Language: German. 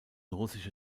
russische